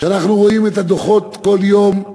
כשאנחנו רואים את הדוחות, כל יום,